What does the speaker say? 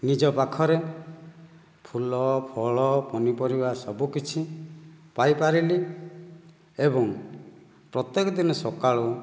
ନିଜ ପାଖରେ ଫୁଲ ଫଳ ପନିପରିବା ସବୁକିଛି ପାଇପାରିଲି ଏବଂ ପ୍ରତ୍ୟକ ଦିନ ସକାଳୁ